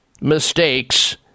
mistakes